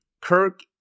Kirk